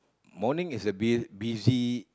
morning is a bit busy